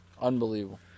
Unbelievable